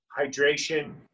hydration